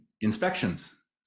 inspections